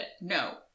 no